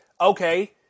okay